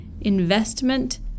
investment